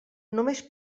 només